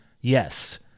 Yes